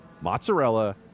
Mozzarella